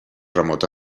remota